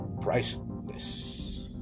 priceless